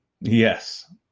Yes